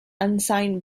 unsigned